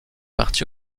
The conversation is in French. parti